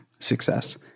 success